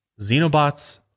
Xenobots